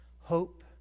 hope